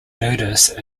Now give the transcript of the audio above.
notice